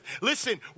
listen